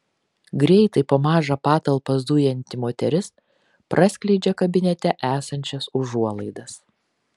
greitai po mažą patalpą zujanti moteris praskleidžia kabinete esančias užuolaidas